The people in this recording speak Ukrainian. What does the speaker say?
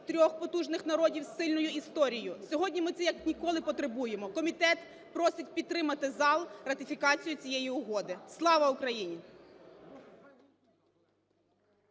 трьох потужних народів з сильною історією. Сьогодні ми це як ніколи потребуємо. Комітет просить підтримати зал ратифікацію цієї угоди. Слава Україні!